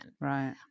Right